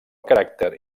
caràcter